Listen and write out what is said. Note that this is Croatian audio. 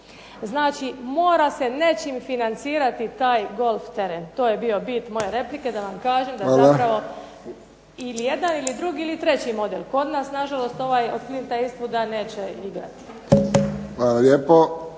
Znači, mora se nečim financirati taj golf teren. To je bio bit moje replike da vam kažem da zapravo ili jedan ili drugi ili treći model. Kod nas nažalost ovaj od Clinta Eastwooda neće igrati. **Friščić,